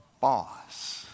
boss